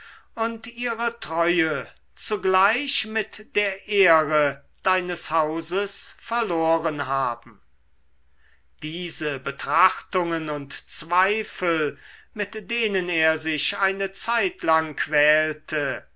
und ihre treue zugleich mit der ehre deines hauses verloren haben diese betrachtungen und zweifel mit denen er sich eine zeitlang quälte